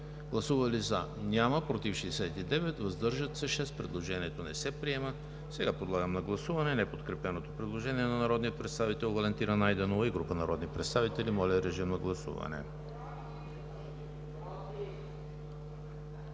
представители: за няма, против 69, въздържали се 6. Предложението не се приема. Подлагам на гласуване неподкрепеното предложение на народния представител Валентина Найденова и група народни представители. Гласували